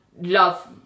Love